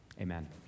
Amen